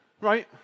Right